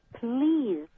please